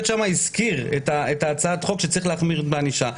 שם הזכיר את הצעת החוק שצריך להחמיר בענישה.